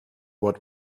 what